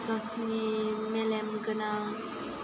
गावसिनि मेलेम गोनां